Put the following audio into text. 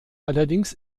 allerdings